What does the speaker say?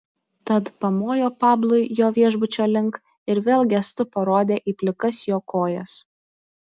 tad pamojo pablui jo viešbučio link ir vėl gestu parodė į plikas jo kojas